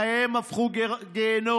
חייהם הפכו גיהינום.